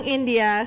India